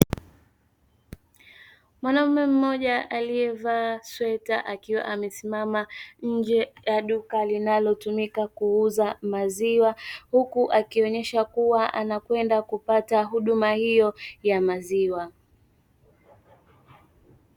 Mwanaume mmoja aliyevaa sweta akiwa amesimama nje ya duka linalotumika kuuza maziwa, huku akionesha kuwa anakwenda kupata huduma hiyo ya maziwa.